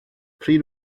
pryd